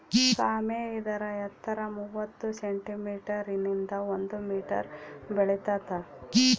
ಸಾಮೆ ಇದರ ಎತ್ತರ ಮೂವತ್ತು ಸೆಂಟಿಮೀಟರ್ ನಿಂದ ಒಂದು ಮೀಟರ್ ಬೆಳಿತಾತ